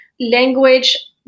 language